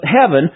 heaven